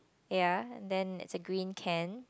ya then is a green can